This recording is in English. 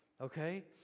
Okay